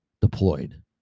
deployed